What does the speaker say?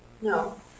No